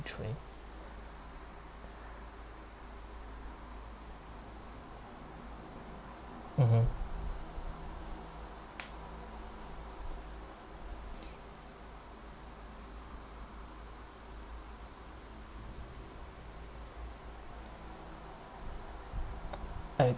actually mmhmm I